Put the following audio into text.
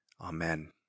Amen